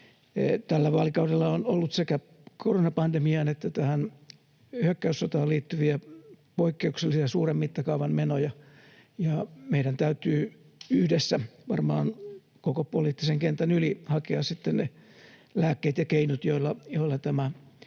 Tällä vaalikaudella on ollut sekä koronapandemiaan että tähän hyökkäyssotaan liittyviä poikkeuksellisen suuren mittakaavan menoja, ja meidän täytyy yhdessä varmaan koko poliittisen kentän yli hakea sitten ne lääkkeet ja keinot, joilla tämä taakka